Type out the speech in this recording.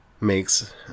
makes